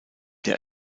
der